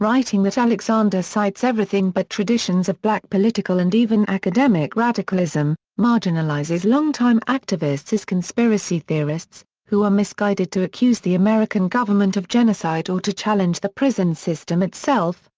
writing that alexander cites everything but traditions of black political and even academic radicalism, marginalizes longtime activists as conspiracy theorists who are misguided to accuse the american government of genocide or to challenge the prison system itself,